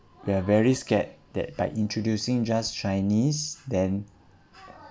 we're very scared that by introducing just chinese then